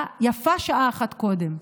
ויפה שעה אחת קודם.